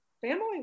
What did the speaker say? family